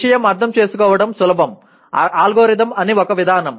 విషయం అర్థం చేసుకోవడం సులభం అల్గోరిథం ఒక విధానం